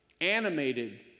Animated